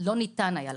לא ניתן היה לקחת.